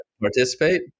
participate